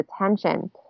attention